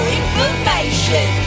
information